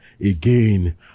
again